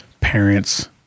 parents